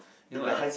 new ideas